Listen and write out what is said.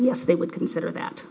yes they would consider that